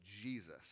Jesus